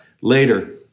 later